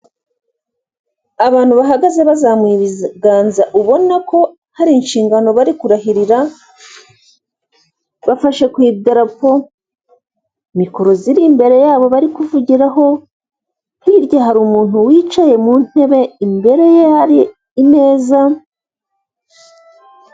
Inzu mberabyombi ikorerwamo inama, hakaba harimo haraberamo inama y'abantu benshi batandukanye, bicaye ku ntebe z'imikara bazengurutse, n'abandi bicaye ku ntebe z'imikara inyuma yabo hari imeza imwe ifite ibara ry'umutuku kuri ayo meza harihoho amatelefone n'amamikoro yo kuvugiramo.